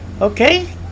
Okay